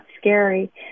scary